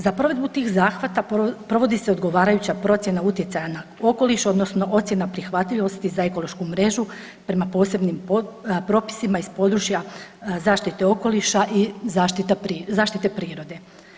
Za provedbu tih zahvata provodi se odgovarajuća procjena utjecaja na okoliš odnosno ocjena prihvatljivosti za ekološku mrežu prema posebnim propisima iz područja zaštite okoliša i zaštite prirode.